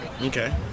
Okay